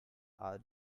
are